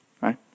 Right